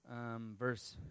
verse